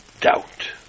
doubt